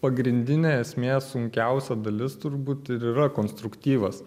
pagrindinė esmė sunkiausia dalis turbūt ir yra konstruktyvas